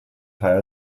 partei